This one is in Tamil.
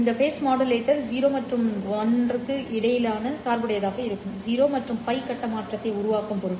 இந்த கட்ட மாடுலேட்டர் 0 மற்றும் between க்கு இடையில் சார்புடையதாக இருக்கும் இது 0 மற்றும் л கட்ட மாற்றத்தை உருவாக்கும் பொருட்டு